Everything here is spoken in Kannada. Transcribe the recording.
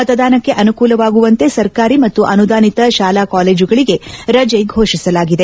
ಮತದಾನಕ್ಕೆ ಅನುಕೂಲವಾಗುವಂತೆ ಸರ್ಕಾರಿ ಮತ್ತು ಅನುದಾನಿತ ಶಾಲಾ ಕಾಲೇಜುಗಳಿಗೆ ರಜೆ ಫೋಷಿಸಲಾಗಿದೆ